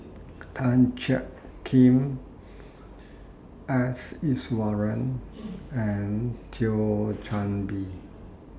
Tan Jiak Kim S Iswaran and Thio Chan Bee